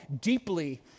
deeply